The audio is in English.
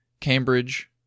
Cambridge